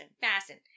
fasten